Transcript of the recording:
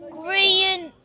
green